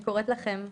אני קוראת לכם,